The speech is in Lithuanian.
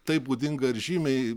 tai būdinga ir žymiai